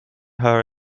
her